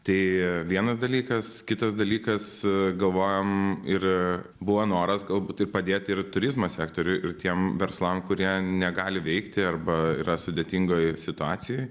tai vienas dalykas kitas dalykas galvojom ir buvo noras galbūt ir padėti ir turizmo sektoriui ir tiem verslam kurie negali veikti arba yra sudėtingoj situacijoj